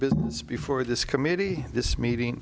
business before this committee this meeting